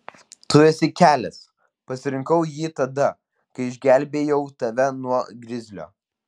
tu esi kelias pasirinkau jį tada kai išgelbėjau tave nuo grizlio